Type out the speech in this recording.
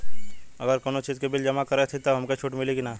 अगर कउनो चीज़ के बिल जमा करत हई तब हमके छूट मिली कि ना?